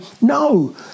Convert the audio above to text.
no